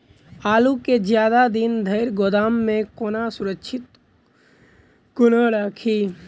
आलु केँ जियादा दिन धरि गोदाम मे कोना सुरक्षित कोना राखि?